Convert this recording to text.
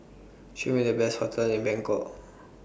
Show Me The Best hotels in Bangkok